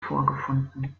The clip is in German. vorgefunden